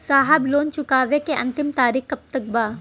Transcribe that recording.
साहब लोन चुकावे क अंतिम तारीख कब तक बा?